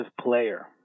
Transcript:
player